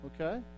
Okay